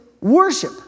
worship